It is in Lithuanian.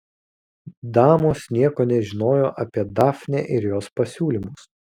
damos nieko nežinojo apie dafnę ir jos pasiūlymus